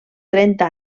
trenta